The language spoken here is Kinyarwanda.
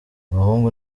abahungu